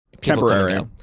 temporary